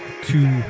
Two